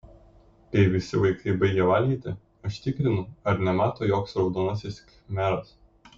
kai visi vaikai baigia valgyti aš tikrinu ar nemato joks raudonasis khmeras